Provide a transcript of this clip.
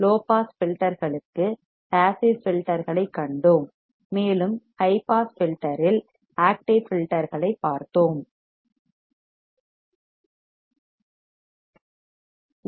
low pass ஃபில்டர்களுக்கு passive ஃபில்டர்களைக் கண்டோம் மேலும் ஹை பாஸ் ஃபில்டர் இல் ஆக்டிவ் ஃபில்டர்களைப் பார்த்தோம்